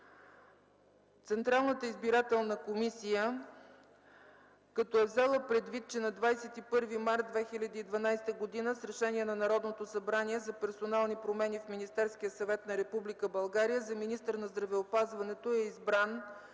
Централната избирателна комисия, като е взела предвид, че на 21 март 2012 г. с Решение на Народното събрание за персонални промени в Министерския съвет на Република България за министър на здравеопазването е избран